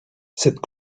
cette